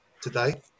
today